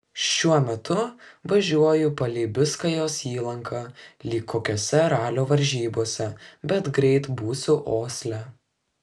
šiuo metu važiuoju palei biskajos įlanką lyg kokiose ralio varžybose bet greit būsiu osle